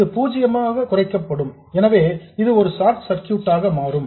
இது பூஜ்யமாக குறைக்கப்படும் எனவே இது ஒரு ஷார்ட் சர்க்யூட் ஆக மாறும்